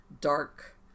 dark